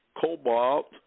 cobalt